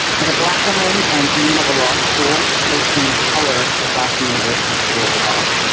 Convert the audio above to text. as a black woman and dean of a law school, the first dean of color at boston university school of law.